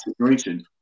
situation